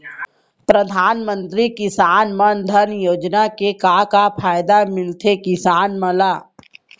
परधानमंतरी किसान मन धन योजना के का का फायदा मिलथे किसान मन ला?